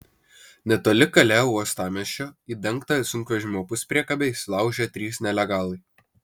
netoli kalė uostamiesčio į dengtą sunkvežimio puspriekabę įsilaužė trys nelegalai